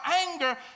anger